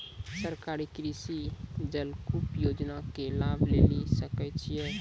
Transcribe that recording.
सरकारी कृषि जलकूप योजना के लाभ लेली सकै छिए?